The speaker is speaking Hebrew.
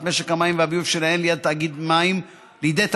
משק המים והביוב שלהן לידי תאגיד מים וביוב,